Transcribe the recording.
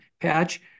patch